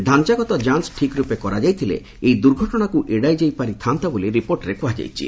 ଡାଞ୍ଚାଗତ ଯାଞ୍ଚ୍ ଠିକ୍ ରୂପେ କରାଯାଇଥିଲେ ଏହି ଦୁର୍ଘଟଣାକୁ ଏଡ଼ାଯାଇପାରିଥାନ୍ତା ବୋଲି ରିପୋର୍ଟରେ କୁହାଯାଇଛି